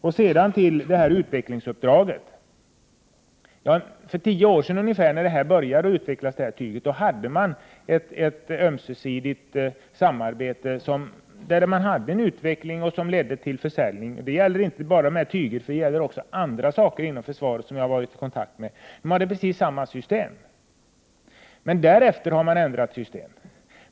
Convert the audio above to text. När det gäller utvecklingsuppdraget vill jag säga följande. För ungefär tio år sedan, när man började utveckla detta tyg, fanns ett ömsesidigt samarbete. En utveckling skedde, och den ledde till försäljning. Det gällde inte bara för detta tyg, utan det gällde också andra saker inom försvaret som jag har kommit i kontakt med. Man hade precis samma system. Därefter har man ändrat system.